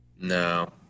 No